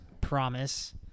promise